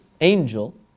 angel